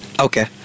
okay